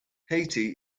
haiti